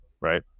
Right